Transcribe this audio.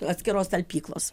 atskiros talpyklos